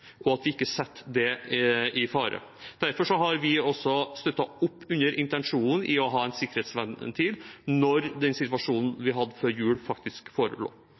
og at vi ikke setter det i fare. Derfor har vi også støttet opp under intensjonen med å ha en sikkerhetsventil når den situasjonen vi hadde før jul, faktisk forelå.